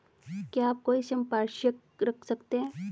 क्या आप कोई संपार्श्विक रख सकते हैं?